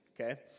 okay